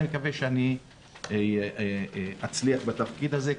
אני מקווה שאני אצליח בתפקיד הזה,